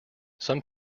some